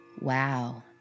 Wow